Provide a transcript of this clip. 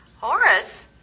Horace